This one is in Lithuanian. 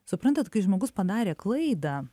suprantat kai žmogus padarė klaidą